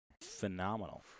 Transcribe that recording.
phenomenal